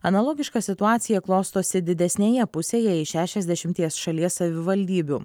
analogiška situacija klostosi didesnėje pusėje iš šešiasdešimties šalies savivaldybių